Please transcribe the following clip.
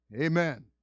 Amen